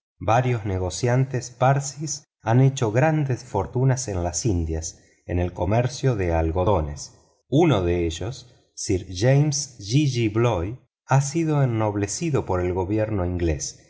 varios negociantes parsis han hecho grandes fortunas en las indias en el comercio de algodones uno de ellos sir james jejeebloy ha sido ennoblecido por el gobierno inglés